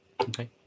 Okay